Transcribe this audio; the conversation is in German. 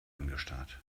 angestarrt